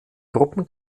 gruppen